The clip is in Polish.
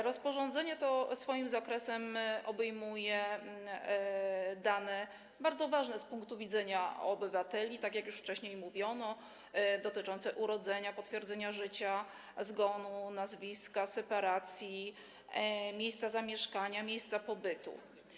Rozporządzenie to swoim zakresem obejmuje dane, bardzo ważne z punktu widzenia obywateli, tak jak już wcześniej mówiono, dotyczące urodzenia, potwierdzenia życia, zgonu, nazwiska, separacji, miejsca zamieszkania, miejsca pobytu.